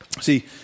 See